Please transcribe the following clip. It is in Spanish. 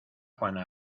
juana